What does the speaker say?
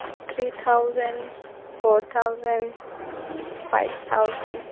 three thousand four thousand five thousand